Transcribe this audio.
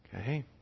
Okay